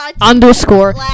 underscore